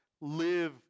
live